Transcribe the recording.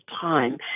time